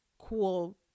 cool